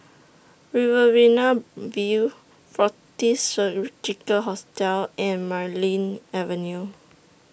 Riverina View Fortis Surgical Hospital and Marlene Avenue